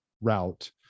route